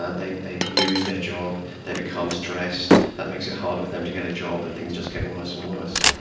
they they lose their job, they become stressed, that makes it harder for them to get a job and things just get worse and worse.